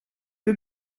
que